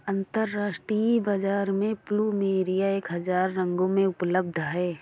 अंतरराष्ट्रीय बाजार में प्लुमेरिया एक हजार रंगों में उपलब्ध हैं